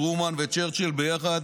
טרומן וצ'רצ'יל יחד